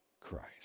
Christ